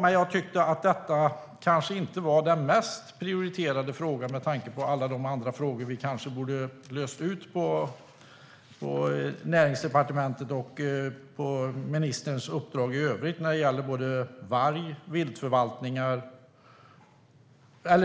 Men jag tyckte att detta kanske inte var den mest prioriterade frågan, med tanke på alla de andra frågor som vi kanske borde ha löst ut inom Näringsdepartementet och på ministerns uppdrag i övrigt när det gäller varg,